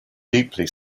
deeply